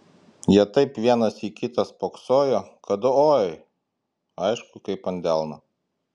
jie taip vienas į kitą spoksojo kad oi aišku kaip ant delno